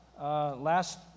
last